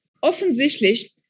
Offensichtlich